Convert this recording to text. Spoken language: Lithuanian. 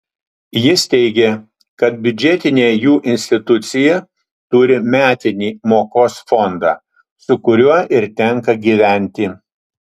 jis teigė kad biudžetinė jų institucija turi metinį mokos fondą su kuriuo ir tenka gyventi